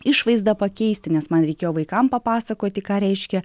išvaizdą pakeisti nes man reikėjo vaikam papasakoti ką reiškia